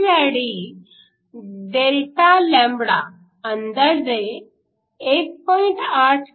ही जाडी Δλ अंदाजे 1